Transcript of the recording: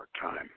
time